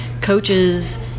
coaches